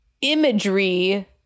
imagery